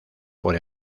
por